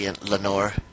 Lenore